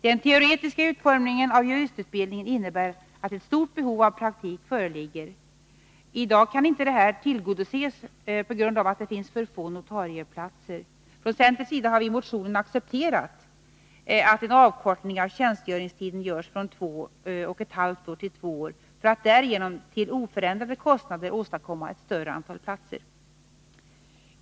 Den teoretiska utformningen av juristutbildningen innebär att ett stort behov av praktik föreligger. I dag kan inte detta tillgodoses på grund av att det finns för få notarieplatser. Från centerns sida har vi i motionen accepterat att en avkortning av tjänstgöringstiden görs från 2,5 år till 2 år för att därigenom till oförändrade kostnader åstadkomma ett större antal platser.